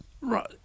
Right